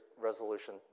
resolution